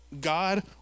God